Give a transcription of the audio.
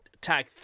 tag